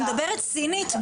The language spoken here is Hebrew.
אני מדברת סינית?